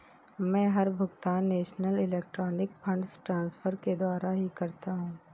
मै हर भुगतान national electronic funds transfer के द्वारा ही करता हूँ